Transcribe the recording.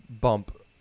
bump